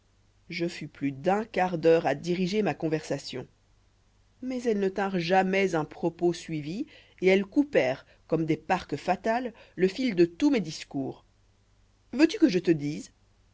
je fus plus d'un quart d'heure à diriger ma conversation mais elles ne tinrent jamais un propos suivi et elles coupèrent comme des parques fatales le fil de tous mes discours veux-tu que je te dise